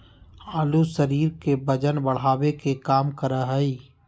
आलू शरीर के वजन बढ़ावे के काम करा हइ